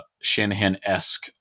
Shanahan-esque